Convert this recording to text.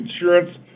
insurance